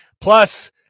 Plus